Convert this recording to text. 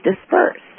dispersed